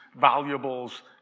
valuables